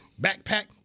backpack